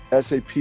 SAP